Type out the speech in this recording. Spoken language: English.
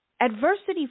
adversity